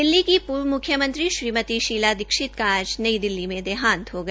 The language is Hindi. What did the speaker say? दिल्ली की पूर्व मुख्यमंत्री श्रीमती शीला दीक्षित का आज नई दिल्ली में देहांत हो गया